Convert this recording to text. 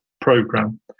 program